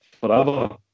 forever